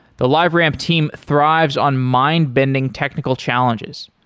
the liveramp team thrives on mind-bending technical challenges.